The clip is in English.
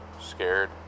scared